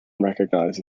recognize